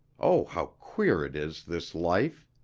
o, how queer it is, this life!